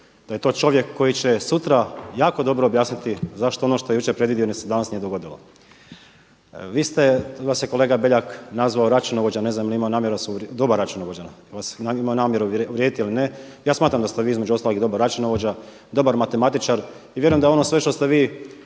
da je to čovjek koji će sutra jako dobro objasniti zašto ono što je jučer predvidio se danas nije dogodilo. Vi ste, vas je kolega Beljak nazvao računovođa, ne znam je li imao namjeru, dobar računovođa, vas imao namjeru uvrijediti ili ne. Ja smatram da ste vi između ostalog i dobar računovođa, dobar matematičar. I vjerujem da ono sve što ste vi